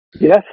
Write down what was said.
yes